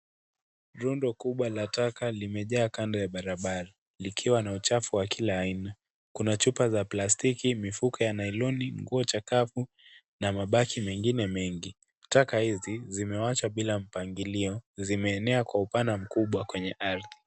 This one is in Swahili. Rundo kubwa ya taka limejaa kando ya barabara ikiwa na uchafu wa kila aina, kuna chupa za plastiki, mifuko ya nailoni, nguo za kapu na mabaki mengine mengi. Taka hizi zimewachwa bila mpangilio, limeenea kwa upana mkubwa kwenye ardhi.